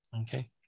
Okay